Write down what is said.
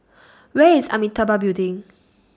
Where IS Amitabha Building